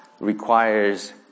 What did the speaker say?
Requires